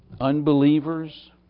unbelievers